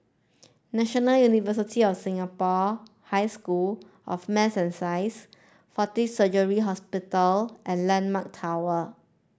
National University of Singapore High School of Math and Science Fortis Surgical Hospital and Landmark Tower